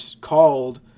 called